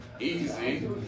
Easy